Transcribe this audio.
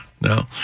No